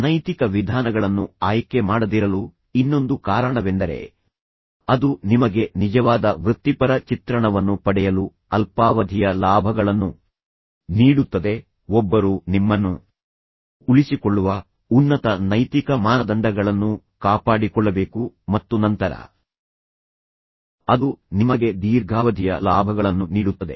ಅನೈತಿಕ ವಿಧಾನಗಳನ್ನು ಆಯ್ಕೆ ಮಾಡದಿರಲು ಇನ್ನೊಂದು ಕಾರಣವೆಂದರೆ ಅದು ನಿಮಗೆ ನಿಜವಾದ ವೃತ್ತಿಪರ ಚಿತ್ರಣವನ್ನು ಪಡೆಯಲು ಅಲ್ಪಾವಧಿಯ ಲಾಭಗಳನ್ನು ನೀಡುತ್ತದೆ ಒಬ್ಬರು ನಿಮ್ಮನ್ನು ಉಳಿಸಿಕೊಳ್ಳುವ ಉನ್ನತ ನೈತಿಕ ಮಾನದಂಡಗಳನ್ನು ಕಾಪಾಡಿಕೊಳ್ಳಬೇಕು ಮತ್ತು ನಂತರ ಅದು ನಿಮಗೆ ದೀರ್ಘಾವಧಿಯ ಲಾಭಗಳನ್ನು ನೀಡುತ್ತದೆ